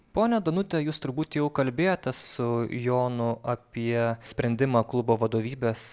ponia danute jūs turbūt jau kalbėjotės su jonu apie sprendimą klubo vadovybės